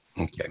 Okay